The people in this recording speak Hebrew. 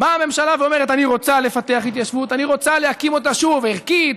אתה אומר שההתיישבות היא רק כתגובה, סמוטריץ.